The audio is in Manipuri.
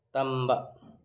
ꯇꯝꯕ